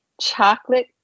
Chocolate